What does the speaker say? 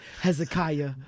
Hezekiah